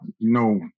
no